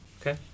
Okay